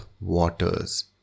waters